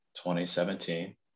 2017